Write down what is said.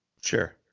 Sure